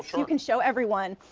you can show everyone.